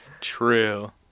True